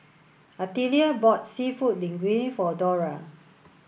Artelia bought Seafood Linguine for Dora